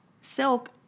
silk